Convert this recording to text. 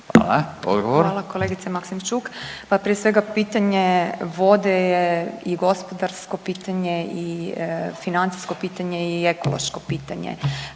(Nezavisni)** Hvala kolegice Maksimčuk, pa prije svega pitanje vode je i gospodarsko pitanje i financijsko pitanje i ekološko pitanje.